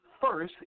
first